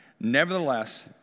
nevertheless